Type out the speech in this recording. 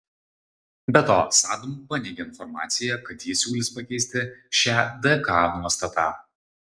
be to sadm paneigė informaciją kad ji siūlys pakeisti šią dk nuostatą